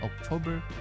October